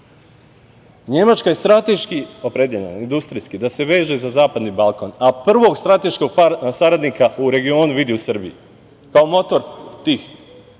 zvalo. Nemačka je strateški opredeljena, industrijski, da se veže za Zapadni Balkan, a prvog strateškog saradnika u regionu vidi u Srbiji, kao motor tih